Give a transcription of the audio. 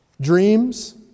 dreams